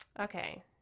Okay